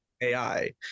AI